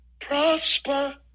Prosper